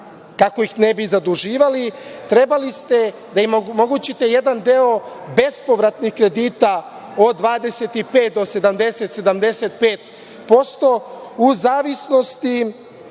kako ih ne bi zaduživali, im omogućite jedan deo bespovratnih kredita od 25 do 70, 75%, u zavisnosti